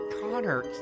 Connor